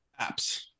apps